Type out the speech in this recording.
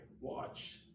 watch